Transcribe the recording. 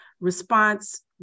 response